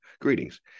Greetings